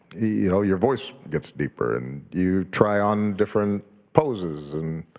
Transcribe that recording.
you know your voice gets deeper and you try on different poses and